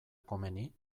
komeni